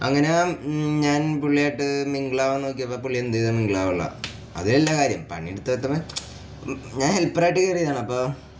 അങ്ങനെ ഞാൻ പുള്ളിയായിട്ട് മിംഗ്ൾ ആകാൻ നോക്കിയപ്പം പുള്ളി എന്ത് ചെയ്താലും മിംഗൾ ആകണില്ല അതിൽ അല്ല കാര്യം പണിയെടുത്തപ്പം ഞാൻ ഹെൽപ്പർ ആയിട്ട് കയറിയതാണ് അപ്പോൾ